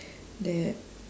that